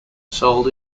sold